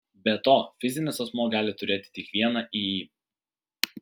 be to fizinis asmuo gali turėti tik vieną iį